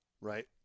Right